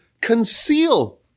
conceal